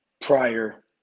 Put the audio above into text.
prior